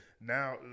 Now